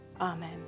amen